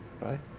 right